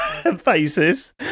faces